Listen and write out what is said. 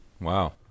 Wow